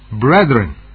Brethren